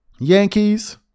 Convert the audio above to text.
Yankees